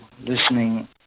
listening